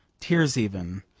tears even,